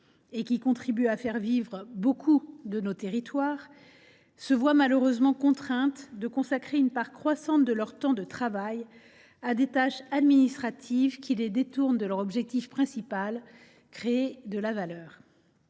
et qui contribuent à faire vivre beaucoup de nos territoires se voient malheureusement contraintes de consacrer une part croissante de leur temps de travail à des tâches administratives qui les détournent de leur objectif principal : créer de la valeur.